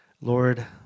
Lord